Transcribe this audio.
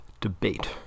debate